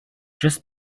just